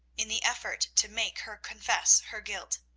in the effort to make her confess her guilt.